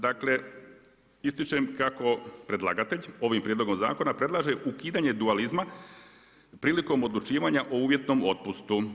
Dakle, ističem kako predlagatelj ovim prijedlogom zakona predlaže ukidanje dualizma prilikom odlučivanja o uvjetnom otpustu.